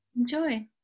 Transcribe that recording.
enjoy